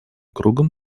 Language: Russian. кругом